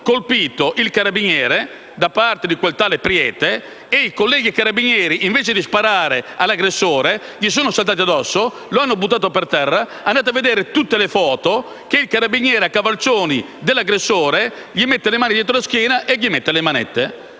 colpito un carabiniere, da parte di un tale Preiti e i colleghi carabinieri invece di sparare all'aggressore gli sono saltati addosso e lo hanno buttato per terra. Andate a vedere tutte le foto con il carabiniere a cavalcioni dell'aggressore, che gli mette le mano dietro la schiena e le manette.